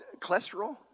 cholesterol